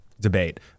debate